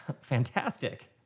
fantastic